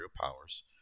powers